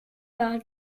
par